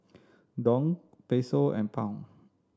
Dong Peso and Pound